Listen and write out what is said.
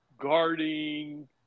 guarding